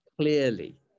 clearly